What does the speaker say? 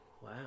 wow